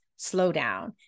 slowdown